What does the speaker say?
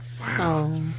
Wow